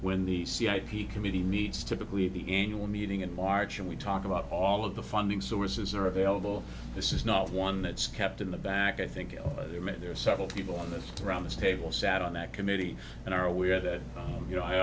when the c i p committee needs typically the annual meeting in march and we talk about all of the funding sources are available this is not one that's kept in the back i think there are several people on this around this table sat on that committee and are aware that you know i